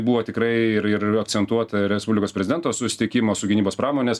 buvo tikrai ir ir akcentuota ir respublikos prezidento susitikimo su gynybos pramonės